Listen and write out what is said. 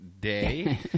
Day